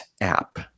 app